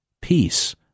Peace